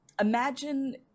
imagine